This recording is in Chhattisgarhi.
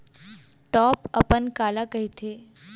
टॉप अपन काला कहिथे?